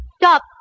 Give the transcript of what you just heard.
Stop